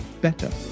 better